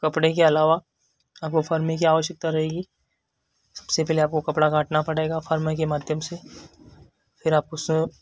कपड़े के अलावा आपको फर्मे की आवश्कता रहेगी उससे पहले आपको कपड़ा काटना पड़ेगा फर्मे के माध्यम से फिर आप उस